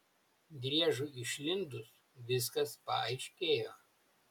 driežui išlindus viskas paaiškėjo